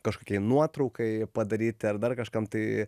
kažkokiai nuotraukai padaryti ar dar kažkam tai